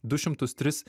du šimtus tris